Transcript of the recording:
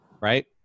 right